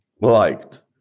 liked